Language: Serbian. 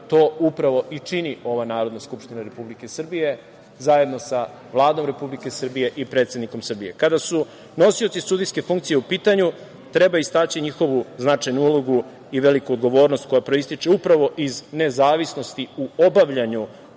To upravo i čini ova Narodna skupština Republike Srbije zajedno sa Vladom Republike Srbije i predsednikom Srbije. Kada su nosioci sudijske funkcije u pitanju, treba istaći njihovu značajnu ulogu i veliku odgovornost koja proističe upravo iz nezavisnosti u obavljanju